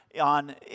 on